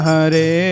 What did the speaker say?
Hare